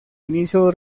inicio